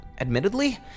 admittedly